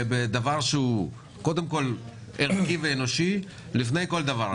בדבר שהוא קודם כול ערכי ואנושי, לפני כל דבר אחר.